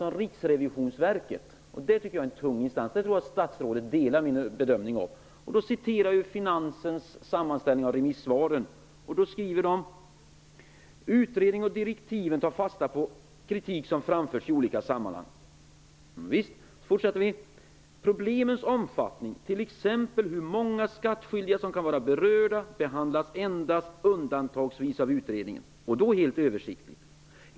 Att Riksrevisionsverket är en tung instans tror jag är en bedömning som statsrådet delar med mig. Jag återger Finansdepartementets sammanställning av remissvaren: Utredningen och direktiven tar fasta på kritik som framförts i olika sammanhang. Problemens omfattning, t.ex. hur många skattskyldiga som kan vara berörda, behandlas endast undantagsvis av utredningen, och då helt översiktligt.